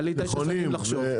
היה לי תשע שנים לחשוב.